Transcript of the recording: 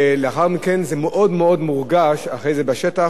ולאחר מכן זה מאוד מאוד מורגש בשטח.